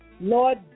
Lord